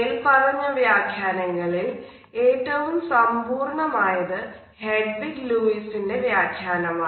മേൽപ്പറഞ്ഞ വ്യാഖ്യാനങ്ങളിൽ ഏറ്റവും സമ്പൂർണമായത് ഹെഡ്വിഗ് ലൂയിസ്ൻറെ വ്യാഖ്യാനമാണ്